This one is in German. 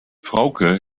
frauke